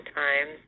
time